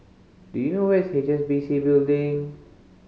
do you know where is H S B C Building